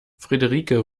frederike